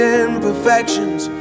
imperfections